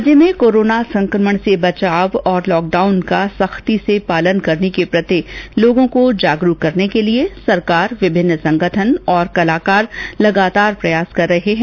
राज्य में कोरोना सकंमण से बचाव और लॉकडाउन का सख्ती से पालन करने के प्रति लोगों को जागरूक करने के लिये सरकार विभिन्न संगठन और कलाकार लगातार प्रयास कर रहे हैं